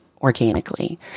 organically